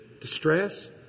Distress